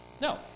No